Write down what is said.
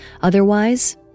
Otherwise